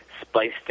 spliced